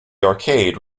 arcade